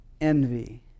envy